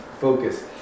focus